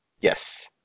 Yes